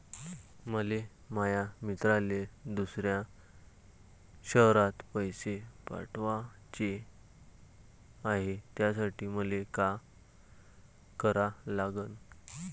मले माया मित्राले दुसऱ्या शयरात पैसे पाठवाचे हाय, त्यासाठी मले का करा लागन?